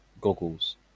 goggles